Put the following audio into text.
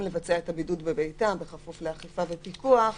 לבצע את הבידוד בביתם בכפוף לאכיפה ופיקוח,